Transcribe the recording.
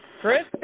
Chris